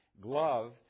glove